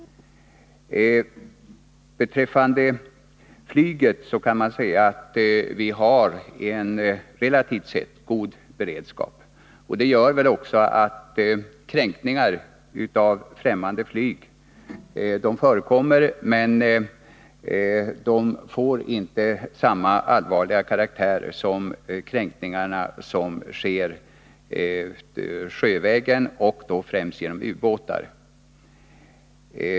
Beträffande flyget kan man säga att vi har en relativt sett god beredskap. Det gör väl också att kränkningar med främmande flyg visserligen förekommer men inte får samma allvarliga karaktär som de kränkningar som sker sjövägen och då främst genom ubåtar.